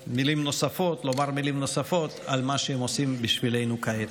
צורך כרגע לומר מילים נוספות על מה שהם עושים בשבילנו כעת.